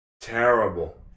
Terrible